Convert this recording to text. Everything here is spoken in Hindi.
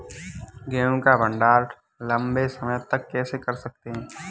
गेहूँ का भण्डारण लंबे समय तक कैसे कर सकते हैं?